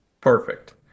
Perfect